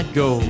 go